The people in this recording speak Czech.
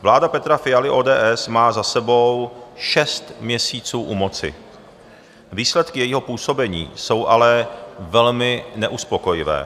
Vláda Petra Fialy, ODS, má za sebou šest měsíců u moci, výsledky jejího působení jsou ale velmi neuspokojivé.